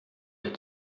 der